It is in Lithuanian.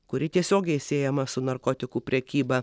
kuri tiesiogiai siejama su narkotikų prekyba